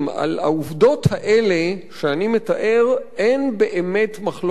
על העובדות האלה שאני מתאר אין באמת מחלוקת היסטורית.